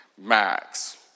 Max